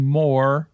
more